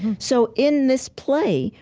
so in this play,